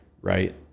Right